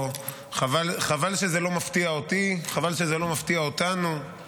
חבל שזה לא מפתיע אותי, חבל שזה לא מפתיע אותנו,